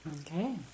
Okay